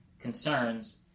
concerns